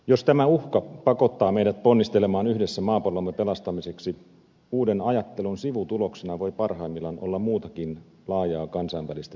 jos tämä uhka pakottaa meidät ponnistelemaan yhdessä maapallomme pelastamiseksi uuden ajattelun sivutuloksena voi parhaimmillaan olla muutakin laajaa kansainvälistä solidaarisuutta